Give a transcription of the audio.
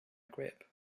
grip